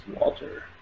Walter